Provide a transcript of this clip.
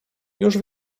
już